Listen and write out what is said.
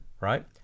Right